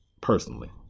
Personally